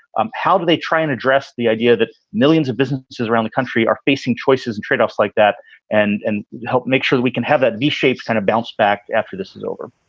um how do they try and address the idea that millions of businesses around the country are facing choices and tradeoffs like that and and help make sure that we can have that v-shaped kind of bounce back after this is over?